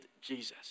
Jesus